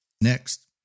Next